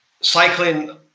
cycling